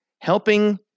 helping